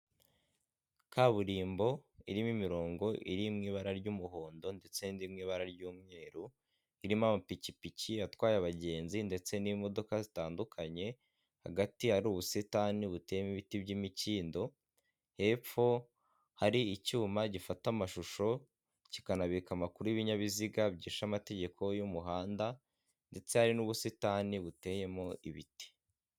Kaburimbo irimo imirongo iri mu ibara ry'umuhondo ndetse n'ibara ry'umweru. Irimo amapikipiki atwaye abagenzi ndetse n'imodoka zitandukanye. Hagati hari ubusitani buteyemo ibiti by'imikindo. Hepfo hari icyuma gifata amashusho kikanabika amakuru y'ibinyabiziga byishe amategeko y'umuhanda ndetse hari n'ubusitani buteyemo ibiti.